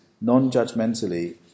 non-judgmentally